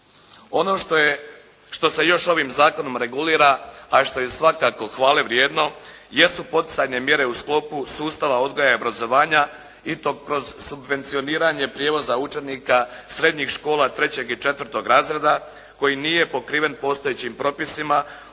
Ono što se još ovim zakonom regulira, a što je svakako hvale vrijedno, jesu poticajne mjere u sklopu sustava odgoja i obrazovanja i to kroz subvencioniranje prijevoza učenika srednjih škola 3. i 4. razreda koji nije pokriven postojećim propisima,